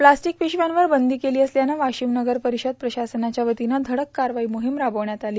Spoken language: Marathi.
प्लास्टिक पिशव्यांवर बंदी केली असल्यानं वाशिम नगरपरिषद प्रशासनाच्या वतीनं धडक कारवाई मोहीम राबविण्यात आली